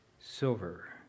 silver